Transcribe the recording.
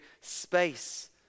space